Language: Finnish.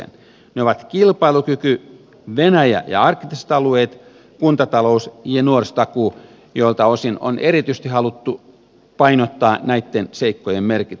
ne ovat kilpailukyky venäjä ja arktiset alueet kuntatalous ja nuorisotakuu joilta osin on erityisesti haluttu painottaa näitten seikkojen merkitystä